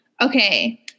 Okay